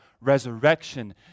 resurrection